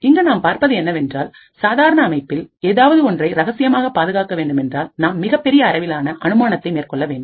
இங்கு நாம் பார்ப்பது என்னவென்றால் சாதாரண அமைப்பில் ஏதாவது ஒன்றை ரகசியமாக பாதுகாக்க வேண்டும் என்றால் நாம் மிகப்பெரிய அளவிலான அனுமானத்தை மேற்கொள்ள வேண்டும்